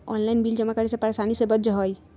Online bill जमा करे से परेशानी से बच जाहई?